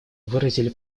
выразили